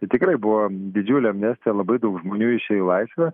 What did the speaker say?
tai tikrai buvo didžiulė amnestija labai daug žmonių išėjo į laisvę